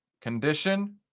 condition